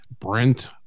brent